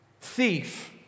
thief